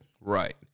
Right